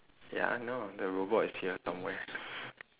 ya I know the robot is here somewhere